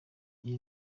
iyi